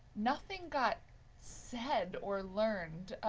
nothing got said or learned.